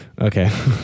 Okay